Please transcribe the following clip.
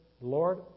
Lord